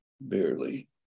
barely